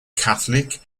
catholic